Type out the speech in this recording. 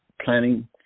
planning